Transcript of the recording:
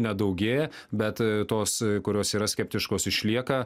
nedaugėja bet tos kurios yra skeptiškos išlieka